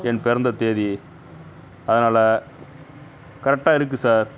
என் பிறந்த தேதி அதனால் கரெக்டாக இருக்குது சார்